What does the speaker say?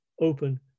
open